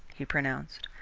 he pronounced.